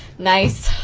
nice